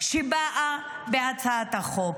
שבאה בהצעת החוק.